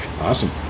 awesome